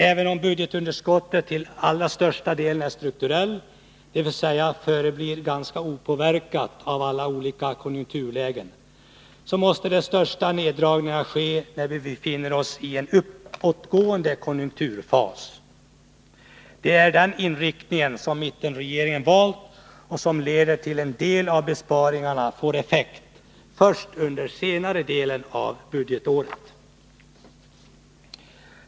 Även om budgetunderskottet till allra största delen är strukturellt, dvs. förblir ganska opåverkat av de olika konjunkturlägena, så måste de största neddragningarna ske när vi befinner oss i en uppåtgående konjunkturfas. Det är den inriktning som mittenregeringen valt och som leder till att en del av besparingarna får effekt först under senare delen av budgetåret.